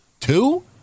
Two